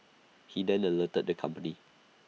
he then alerted the company